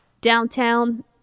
downtown